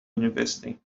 university